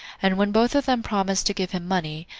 and when both of them promised to give him money,